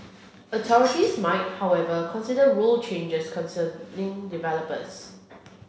authorities might however consider rule changes concerning developers